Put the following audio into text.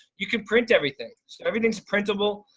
you can print everything. so everything's printable.